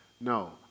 No